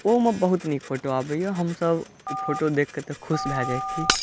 ओ मे बहुत नीक फोटो आबैया हमसब ओ फोटो देख कऽ तऽ खुश भए जाइ छी